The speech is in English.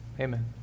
amen